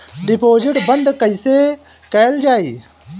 Deposit बंद कैसे कैल जाइ?